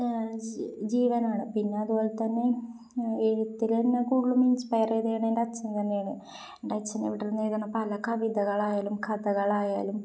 ജീവനാണ് പിന്നെ അതുപോലെ തന്നെ എഴുത്തിലെന്നെ കൂടുതലും ഇൻസ്പയർ ചെയ്തിരിക്കുന്നത് എൻ്റെ അച്ഛൻ തന്നെയാണ് എൻ്റെ അച്ഛന് ഇവിടെയിരുന്ന് എഴുതുന്ന പല കവിതകളായാലും കഥകളായാലും